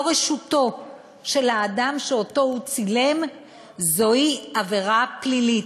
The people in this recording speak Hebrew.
רשותו של האדם שצילם זוהי עבירה פלילית,